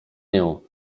nią